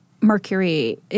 Mercury